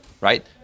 right